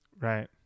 Right